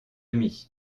demi